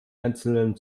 einzelnen